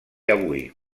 avui